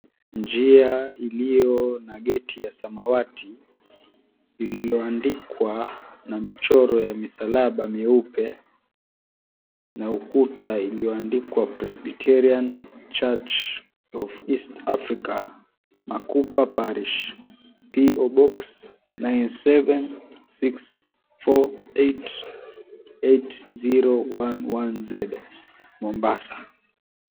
Njia iliyo na geti ya samawati lililoandikwa na michoro ya misalaba angi myeupe na ukuta iliyoandikwa Presbyterian Church of East Africa Makupa Parish P.O.Box 97648 8011Z Mombasa.